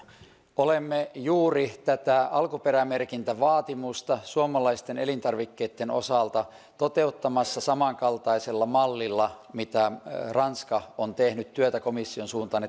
olemme juuri tätä alkuperämerkintävaatimusta suomalaisten elintarvikkeitten osalta toteuttamassa samankaltaisella mallilla kuin minkä mahdollistamiseksi ranska on tehnyt työtä komission suuntaan